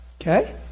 Okay